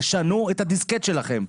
תשנו את הדיסקט שלכם.